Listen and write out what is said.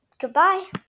goodbye